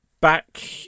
Back